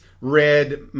red